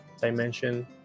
dimension